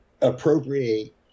appropriate